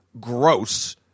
gross